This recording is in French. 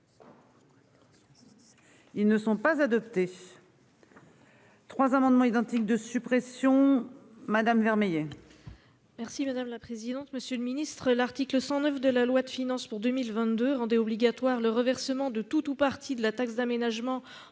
Ils ne sont pas adopté. 3 amendements identiques de suppression madame Vermeillet.-- Merci madame la présidente. Monsieur le Ministre, l'article 109 de la loi de finances pour 2022, rendait obligatoire le reversement de tout ou partie de la taxe d'aménagement entre